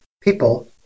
people